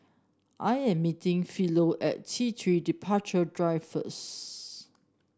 I am meeting Philo at T Three Departure Drive first